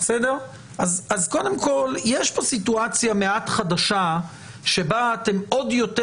אז קודם כל יש פה סיטואציה מעט חדשה שבה אתם עוד יותר